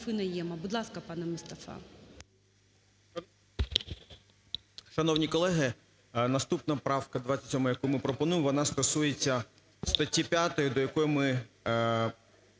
Шановні колеги! Наступна правка 27, яку ми пропонуємо, вона стосується статті 5, до якої ми